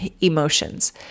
emotions